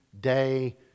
day